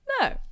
No